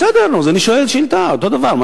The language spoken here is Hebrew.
בסדר, אז אני שואל שאילתא, אותו דבר.